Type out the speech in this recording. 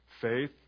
faith